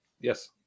yes